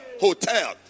Hotel